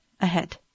ahead